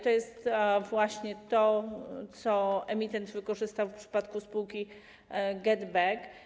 To jest właśnie to, co emitent wykorzystał w przypadku spółki GetBack.